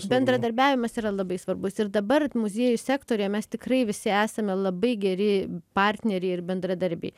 bendradarbiavimas yra labai svarbus ir dabar muziejų sektoriuje mes tikrai visi esame labai geri partneriai ir bendradarbiai